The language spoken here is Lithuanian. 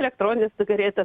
elektronines cigaretes